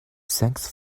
thanks